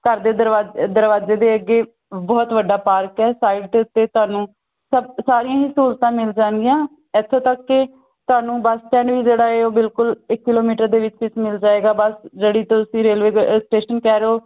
ਘਰ ਦੇ ਦਰਵਾ ਦਰਵਾਜੇ ਦੇ ਅੱਗੇ ਬਹੁਤ ਵੱਡਾ ਪਾਰਕ ਹੈ ਸਾਈਡ ਦੇ ਉੱਤੇ ਤੁਹਾਨੂੰ ਸਭ ਸਾਰੀਆਂ ਹੀ ਸਹੂਲਤਾਂ ਮਿਲ ਜਾਣਗੀਆਂ ਇੱਥੋਂ ਤੱਕ ਕਿ ਤੁਹਾਨੂੰ ਬੱਸ ਸਟੈਂਡ ਵੀ ਜਿਹੜਾ ਏ ਉਹ ਬਿਲਕੁਲ ਇੱਕ ਕਿਲੋਮੀਟਰ ਦੇ ਵਿੱਚ ਇਸ ਮਿਲ ਜਾਏਗਾ ਬਸ ਜਿਹੜੀ ਤੁਸੀਂ ਰੇਲਵੇ ਸਟੇਸ਼ਨ ਕਹਿ ਰਹੇ ਹੋ